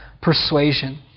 persuasion